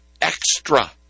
extra